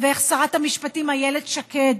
ואיך שרת המשפטים איילת שקד